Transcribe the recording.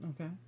Okay